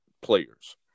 players